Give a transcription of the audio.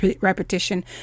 repetition